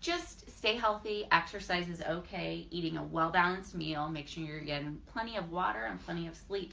just stay healthy exercise is okay, eating a well-balanced meal, make sure you're getting plenty of water, and plenty of sleep